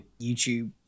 YouTube